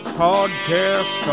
podcast